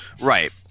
Right